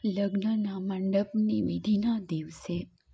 લગ્નના મંડપની વિધિનો દિવસે